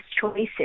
choices